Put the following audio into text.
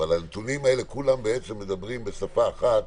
אבל הנתונים האלה כולם בעצם מדברים בשפה אחת